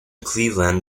cleveland